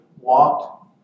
walked